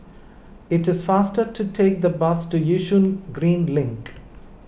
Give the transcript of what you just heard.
it is faster to take the bus to Yishun Green Link